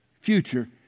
future